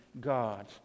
God